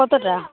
কতোটা